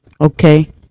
Okay